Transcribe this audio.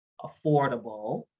affordable